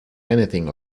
anything